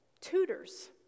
tutors